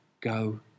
go